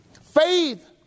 Faith